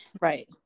right